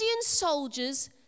soldiers